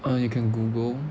uh you can google